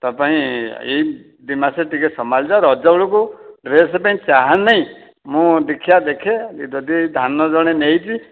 ତୋ ପାଇଁ ଏଇ ଦୁଇ ମାସ ଟିକେ ସମ୍ଭାଳି ଯାଆ ରଜବେଳକୁ ଡ୍ରେସ୍ ପାଇଁ ଚାହଁନାଇ ମୁଁ ଦେଖିଆ ଦେଖେ ଯଦି ଧାନ ଜଣେ ନେଇଛି